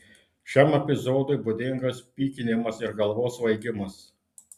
šiam epizodui būdingas pykinimas ir galvos svaigimas